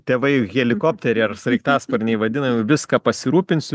tėvai helikopteriai ar sraigtasparniai vadinami viską pasirūpinsiu